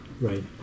Right